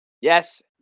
Yes